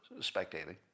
spectating